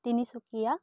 Tinsukia